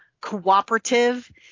cooperative